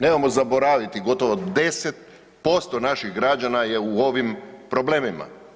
Nemojmo zaboraviti gotovo 10% naših građana je u ovim problemima.